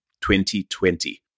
2020